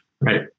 Right